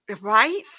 Right